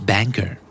Banker